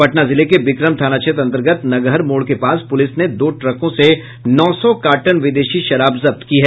पटना जिले के बिक्रम थाना क्षेत्र अंतर्गत नगहर मोड़ के पास पुलिस ने दो ट्रकों से नौ सौ कार्टन विदेशी शराब जब्त की है